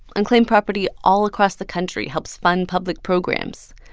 unclaimed property all across the country helps fund public programs,